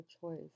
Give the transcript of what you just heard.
choice